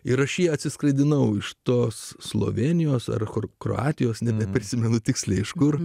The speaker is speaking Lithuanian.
ir aš jį atsiskraidinau iš tos slovėnijos ar kroatijos nebeprisimenu tiksliai iš kur